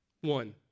One